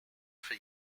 for